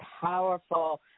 powerful